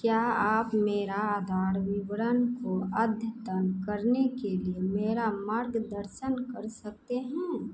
क्या आप मेरे आधार विवरण को अद्यतन करने के लिए मेरा मार्गदर्शन कर सकते हैं मेरा आधार नम्बर अठासी चौहत्तर उन्नीस दस नब्बे तेरासी है और मेरे O T P O T P सनतानवे अड़तीस है